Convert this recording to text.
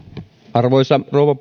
arvoisa rouva